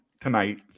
tonight